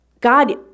God